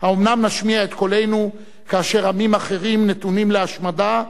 האומנם נשמיע את קולנו כאשר עמים אחרים נתונים להשמדה,